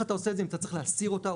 אתה עושה את זה אם אתה צריך להסיר אותה,